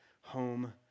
home